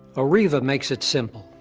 arriva makes it simple.